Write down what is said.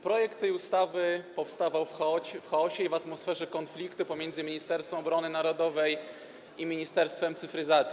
Projekt tej ustawy powstawał w chaosie i w atmosferze konfliktu pomiędzy Ministerstwem Obrony Narodowej i Ministerstwem Cyfryzacji.